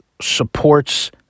supports